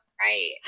Right